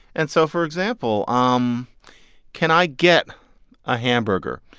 and so, for example, ah um can i get a hamburger?